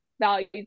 values